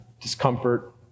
discomfort